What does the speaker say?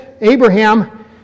Abraham